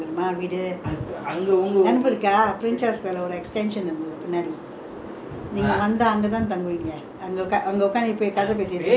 நீங்க வந்தா அங்கதா தங்குவிங்க அங்க அங்க ஒக்காந்து போய் கத பேசுவீங்க:nenegga vanthaa anggathaa tanguvingga angga angga okkanthu poi katha pesuveengga ya tangga leh I mean you will sit there ஒரு:oru extension room இருக்கே:irukkae